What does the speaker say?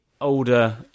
older